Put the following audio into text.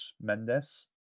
Mendes